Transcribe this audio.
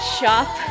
Shop